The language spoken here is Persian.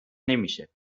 نمیشه